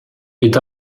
est